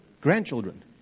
grandchildren